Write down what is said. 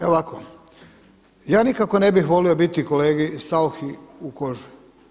Evo ovako, ja nikako ne bih volio biti kolegi Sauchi u koži.